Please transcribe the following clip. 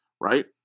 right